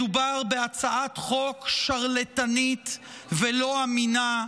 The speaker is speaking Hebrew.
מדובר בהצעת חוק שרלטנית ולא אמינה,